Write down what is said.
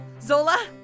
Zola